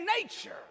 nature